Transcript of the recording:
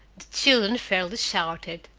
children fairly shouted.